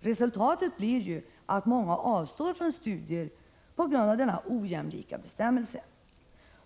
Resultatet blir ju att många avstår från studier på grund av denna ojämlika bestämmelse.